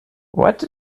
what